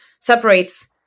separates